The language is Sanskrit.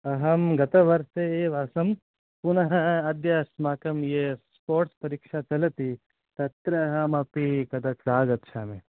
अहं गतवर्षे एव आसं पुनः अद्य अस्माकं ये स्पोर्ट्स् परीक्षा चलति तत्र अहमपि आगच्छामि